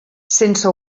sense